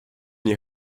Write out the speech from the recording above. nie